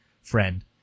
friend